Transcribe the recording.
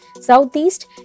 southeast